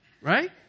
right